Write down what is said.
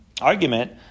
argument